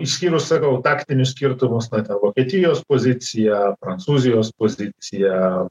išskyrus sakau taktinius skirtumus na ten vokietijos pozicija prancūzijos pozicija